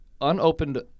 unopened